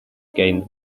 gained